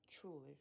truly